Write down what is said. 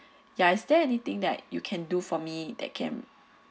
ya is there anything that you can do for me that can